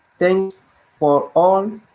thanks for all,